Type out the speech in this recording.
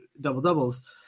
double-doubles